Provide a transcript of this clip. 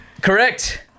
Correct